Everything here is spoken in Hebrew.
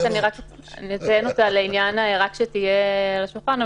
אני אציין הערה רק שתהיה על השולחן,